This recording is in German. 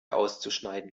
auszuschneiden